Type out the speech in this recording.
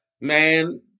man